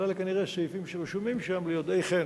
אבל אלה כנראה סעיפים שרשומים שם ליודעי ח"ן.